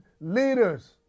leaders